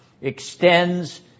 extends